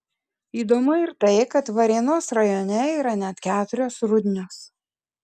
įdomu ir tai kad varėnos rajone yra net keturios rudnios